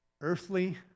earthly